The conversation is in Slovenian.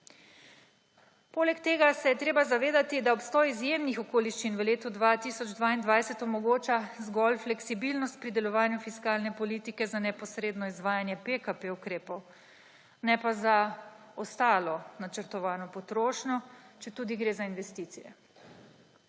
Poleg tega se je treba zavedati, da obstoj izjemnih okoliščin v letu 2022 omogoča zgolj fleksibilnost pri delovanju fiskalne politike za neposredno izvajanje PKP ukrepov, ne pa za ostalo načrtovano potrošnjo, četudi gre za investicije.